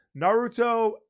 naruto